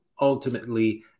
ultimately